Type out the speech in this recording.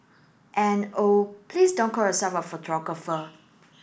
and oh please don't call yourself a photographer